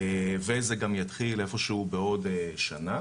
פלטפורמה טכנולוגית למתן מענה תחליפי לאכיפה בעולם התנועה,